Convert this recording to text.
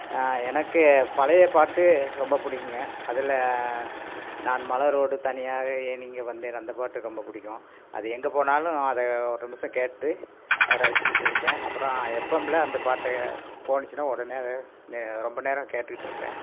எனக்கு பழைய பாட்டு ரொம்ப பிடிக்குங்க அதில் நான் மலரோடு தனியாக ஏன் இங்கே வந்தேன் அந்த பாட்டு ரொம்ப பிடிக்கும் அது எங்கே போனாலும் அதை ஒரு நிமிடம் கேட்டு ரசிச்சிட்டு இருப்பேன் அப்புறம் எப்எம்மில் அந்த பாட்டு போனுச்சுனா உடனே அதை நே ரொம்ப நேரம் கேட்டுட்ருப்பேன்